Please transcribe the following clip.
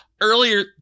earlier